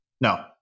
No